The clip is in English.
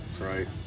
right